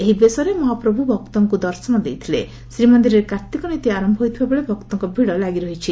ଏହି ବେଶରେ ମହାପ୍ରଭୁ ଭକ୍ତଙ୍କୁ ଦର୍ଶନ ଦେଇଥିଲେ ଶ୍ରୀମନ୍ଦିରରେ କାର୍ତିକ ନୀତି ଆର ହୋଇଥିବା ବେଳେ ଭକ୍ତଙ୍କ ଭିଡ଼ ଲାଗି ରହିଛି